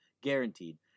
Guaranteed